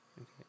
okay